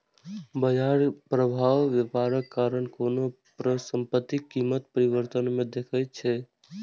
बाजार प्रभाव व्यापारक कारण कोनो परिसंपत्तिक कीमत परिवर्तन मे देखबै छै